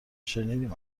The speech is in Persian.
شنیدیم